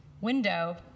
window